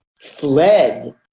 fled